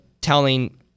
telling